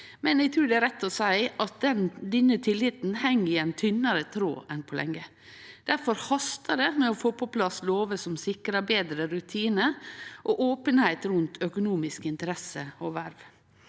men eg trur det er rett å seie at denne tilliten heng i en tynnare tråd enn på lenge. Difor hastar det å få på plass lover som sikrar betre rutinar og openheit rundt økonomiske interesser og verv.